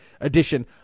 edition